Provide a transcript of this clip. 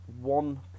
one